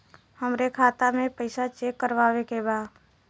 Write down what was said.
हमरे खाता मे पैसा चेक करवावे के बा?